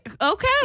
okay